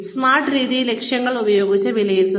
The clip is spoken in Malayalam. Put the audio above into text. SMART രീതി ഉപയോഗിച്ച് ലക്ഷ്യങ്ങൾ വിലയിരുത്തുന്നു